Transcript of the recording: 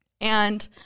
And-